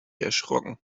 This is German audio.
erschrocken